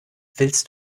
willst